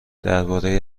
درباره